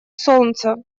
солнца